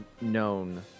known